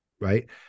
right